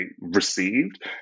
received